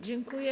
Dziękuję.